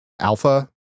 alpha